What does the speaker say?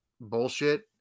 bullshit